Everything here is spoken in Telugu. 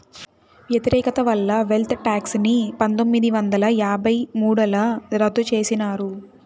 వ్యతిరేకత వల్ల వెల్త్ టాక్స్ ని పందొమ్మిది వందల యాభై మూడుల రద్దు చేసినారు